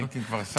אלקין כבר שר?